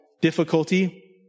difficulty